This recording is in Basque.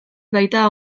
baita